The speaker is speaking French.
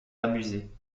amusé